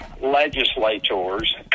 legislators